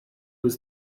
was